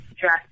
dress